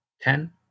Ten